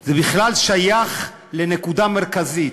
זה בכלל שייך לנקודה מרכזית,